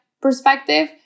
perspective